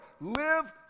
Live